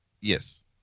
Yes